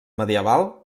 medieval